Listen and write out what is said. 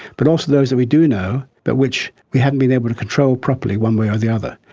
but also those that we do know but which we haven't been able to control properly one way or the other.